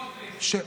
סמוטריץ', למשל.